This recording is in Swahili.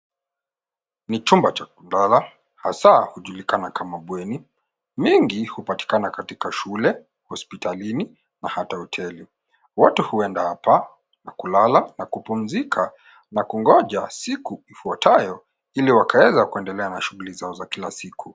Ni chumba cha kulala, hasa hujulikana kama bweni. Mengi hupatikana katika shule, hospitalini na hata hoteli. Watu huenda hapa na kulala na kupumzika na kungoja siku ifuatayo ili wakaweza kuendelea na shughuli zao za kila siku.